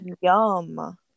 Yum